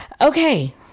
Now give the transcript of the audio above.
Okay